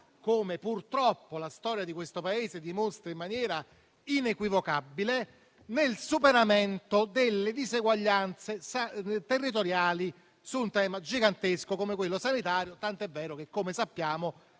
come purtroppo la storia di questo Paese dimostra in maniera inequivocabile, nel superamento delle diseguaglianze territoriali su un tema gigantesco come quello sanitario. Tanto è vero che, come sappiamo,